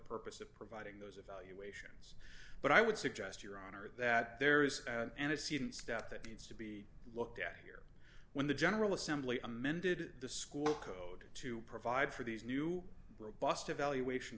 purpose of providing those of us but i would suggest your honor that there is and it seems that that needs to be looked at here when the general assembly amended the school code to provide for these new robust evaluation